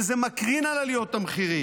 וזה מקרין על עליות המחירים.